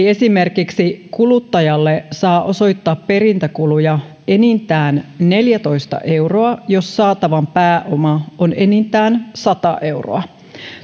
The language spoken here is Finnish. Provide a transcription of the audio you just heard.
esimerkiksi kuluttajalle saa osoittaa perintäkuluja enintään neljätoista euroa jos saatavan pääoma on enintään sata euroa